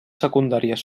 secundàries